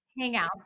hangouts